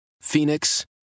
Phoenix